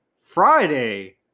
Friday